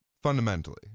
Fundamentally